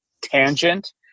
tangent